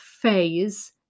phase